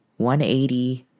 180